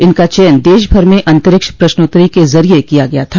इनका चयन दश भर में अंतरिक्ष प्रश्नोत्तरी के जरिये किया गया था